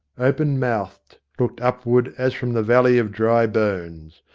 open mouthed, looked upward as from the valley of dry bones.